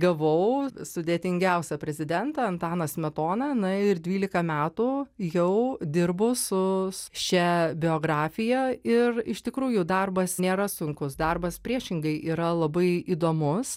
gavau sudėtingiausią prezidentą antaną smetoną na ir dvylika metų jau dirbu su šia biografija ir iš tikrųjų darbas nėra sunkus darbas priešingai yra labai įdomus